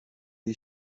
les